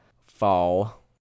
fall